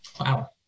wow